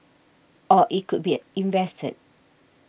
or it could be a invested